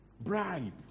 bribe